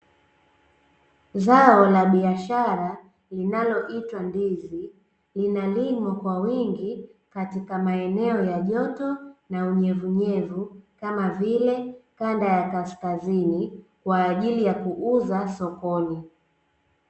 Zao la biashara linaloitwa ndizi, linalimwa kwa wingi katika maeneo ya joto na unyevunyevu kama vile kand aya kaskazini, kwaajili ya kuuza sokoni.